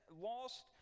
lost